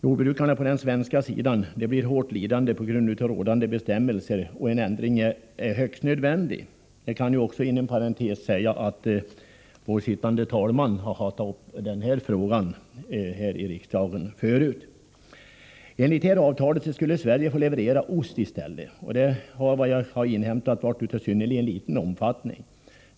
Jordbrukarna på den svenska sidan blir hårt lidande på grund av gällande bestämmelser, och en ändring är högst nödvändig. Jag vill inom parentes säga att den sittande talmannen tidigare tagit upp denna fråga i riksdagen. Enligt detta avtal skulle Sverige få leverera ost i stället. Dessa leveranser har efter vad jag inhämtat varit av synnerligen liten omfattning.